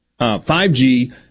5G